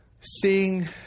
Seeing